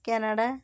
Canada